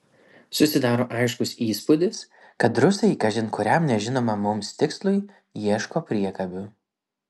susidaro aiškus įspūdis kad rusai kažin kuriam nežinomam mums tikslui ieško priekabių